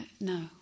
No